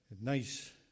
nice